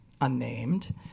unnamed